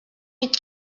with